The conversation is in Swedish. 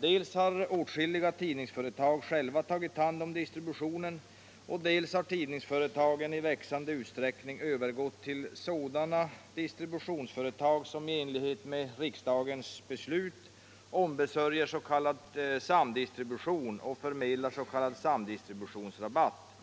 Dels har åtskilliga tidningsföretag själva tagit hand om distributionen, dels har tidningsföretagen i växande utsträckning övergått till sådana distributionsföretag som i enlighet med riksdagens beslut ombesörjer s.k. samdistribution och förmedlar s.k. samdistributionsrabatt.